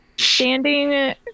Standing